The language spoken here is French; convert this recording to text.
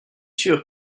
sûr